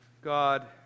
God